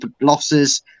losses